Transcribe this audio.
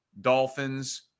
Dolphins